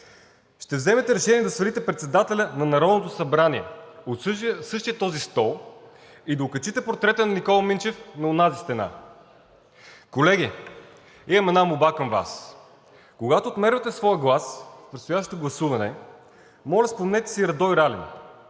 ще вземете решение да свалите председателя на Народното събрание от същия този стол и да окачите портрета на Никола Минчев на онази стена. Колеги, имам една молба към Вас: когато отмервате своя глас в предстоящото гласуване, моля, спомнете си Радой Ралин,